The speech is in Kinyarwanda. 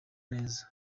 neza